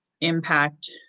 impact